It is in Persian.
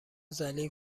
ذلیل